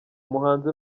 umuhanzi